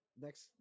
next